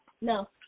No